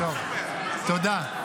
תודה.